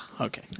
Okay